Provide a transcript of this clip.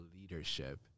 leadership